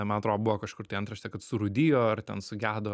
man atro buvo kažkur tai antraštė kad surūdijo ar ten sugedo